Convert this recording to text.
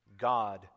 God